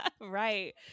Right